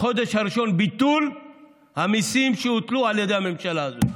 בחודש הראשון ביטול המיסים שהוטלו על ידי הממשלה הזו.